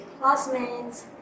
classmates